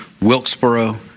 Wilkesboro